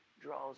draws